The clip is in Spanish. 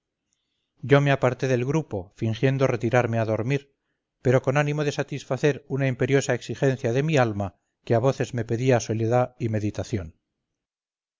yo me aparté del grupo fingiendo retirarme a dormir pero con ánimo de satisfacer una imperiosa exigencia de mi alma que a voces me pedía soledad y meditación